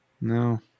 No